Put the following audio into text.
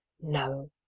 no